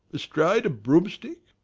astride a broomstick?